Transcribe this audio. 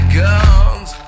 guns